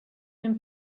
been